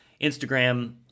Instagram